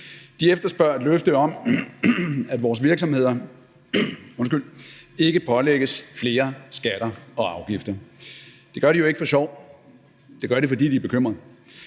De efterspørger et løfte om, at vores virksomheder ikke pålægges flere skatter og afgifter. Det gør de jo ikke for sjov. Det gør de, fordi de er bekymrede.